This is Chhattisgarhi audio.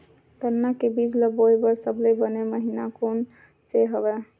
गन्ना के बीज ल बोय बर सबले बने महिना कोन से हवय?